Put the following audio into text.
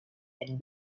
and